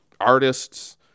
artists